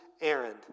errand